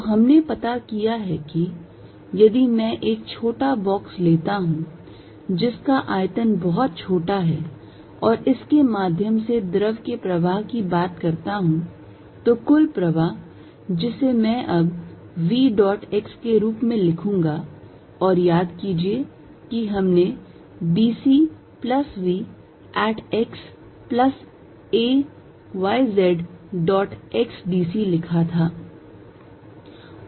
तो हमने पता किया है कि यदि में एक छोटा बाक्स लेता हूं जिसका आयतन बहुत छोटा है और इसके माध्यम से द्रव के प्रवाह की बात करता हूं तो कुल प्रवाह जिसे मैं अब v dot x के रूप में लिखूंगा और याद कीजिए कि हमने b c plus v at x plus a y z dot x d c लिखा था